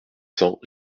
cents